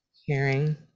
hearing